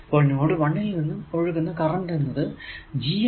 അപ്പോൾ നോഡ് 1 ൽ നിന്നും ഒഴുകുന്ന കറന്റ് എന്നത് GMആണ്